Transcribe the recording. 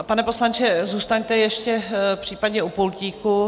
Pane poslanče, zůstaňte ještě případně u pultíku.